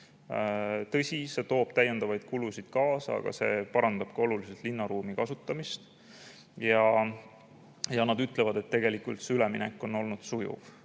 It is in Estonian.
Tõsi, see toob täiendavaid kulusid kaasa, aga see parandab linnaruumi kasutamist oluliselt. Nad ütlevad, et tegelikult see üleminek on olnud sujuv